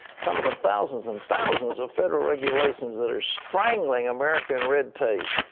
some of the thousands and thousands of federal regulations that are strangling america in red tape.